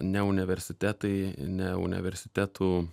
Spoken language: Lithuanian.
ne universitetai ne universitetų